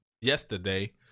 yesterday